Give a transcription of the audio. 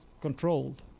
controlled